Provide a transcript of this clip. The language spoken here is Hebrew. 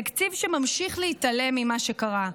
תקציב שממשיך להתעלם ממה שקרה,